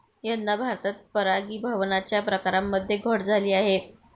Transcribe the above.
यंदा भारतात परागीभवनाच्या प्रकारांमध्ये घट झाली आहे